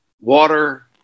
water